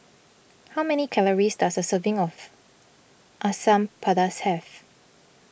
how many calories does a serving of Asam Pedas have